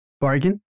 bargain